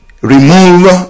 remove